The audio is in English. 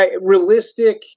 realistic